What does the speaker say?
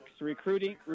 recruiting